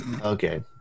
Okay